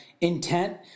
intent